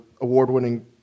award-winning